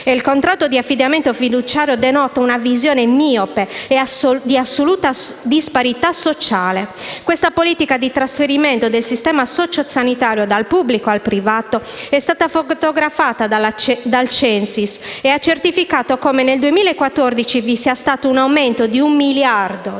il contratto di affidamento fiduciario, denota una visione miope e di assoluta disparità sociale. Questa politica di trasferimento del sistema socio-sanitario dal pubblico al privato è stata fotografata dal Censis, che ha certificato come nel 2014 vi sia stato un aumento di un miliardo della